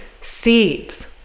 seeds